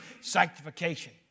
sanctification